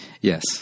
Yes